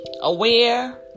aware